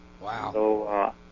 Wow